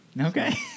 Okay